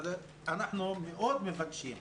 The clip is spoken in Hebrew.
אנחנו מבקשים מאוד,